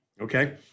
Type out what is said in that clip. okay